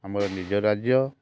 ଆମର ନିଜ ରାଜ୍ୟ